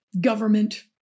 government